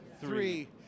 three